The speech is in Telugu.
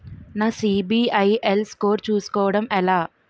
నా సిబిఐఎల్ స్కోర్ చుస్కోవడం ఎలా?